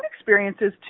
experiences